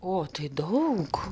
o tai daug